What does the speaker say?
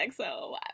XO